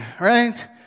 right